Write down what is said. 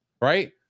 Right